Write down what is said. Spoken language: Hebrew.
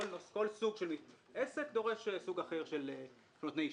כל סוג של עסק דורש סוג אחר של נותני אישור.